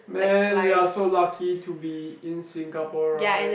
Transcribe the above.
man we are so lucky to be in Singapore right